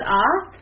off